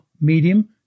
medium